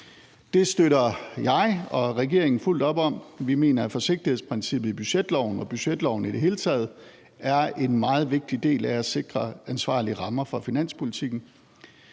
Det støtter jeg og regeringen fuldt op om. Vi mener, at forsigtighedsprincippet i budgetloven og budgetloven i det hele taget er en meget vigtig del af det at sikre ansvarlige rammer for finanspolitikken.